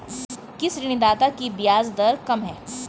किस ऋणदाता की ब्याज दर कम है?